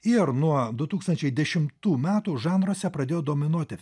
ir nuo du tūkstančiai dešimtų metų žanruose pradėjo dominuoti